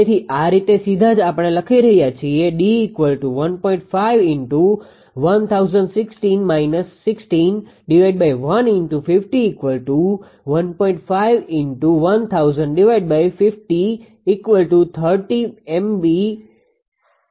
તેથી આ રીતે સીધા જ આપણે લખી રહ્યા છીએ